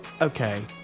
okay